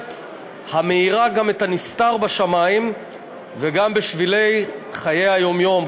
המאירה גם את הנסתר בשמים וגם בשבילי חיי היום-יום,